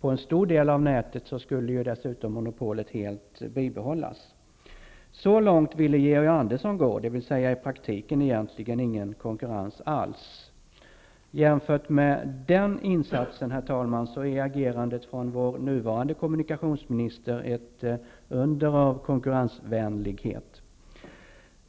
På en stor del av nätet skulle dessutom monopolet helt bibehållas. Så långt ville Georg Andersson gå, dvs. i praktiken egentligen ingen konkurrens alls! Jämfört med den insatsen är agerandet från vår nuvarande kommunikationsminister ett under av konkurrensvänlighet.